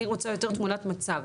אני רוצה יותר תמונת מצב.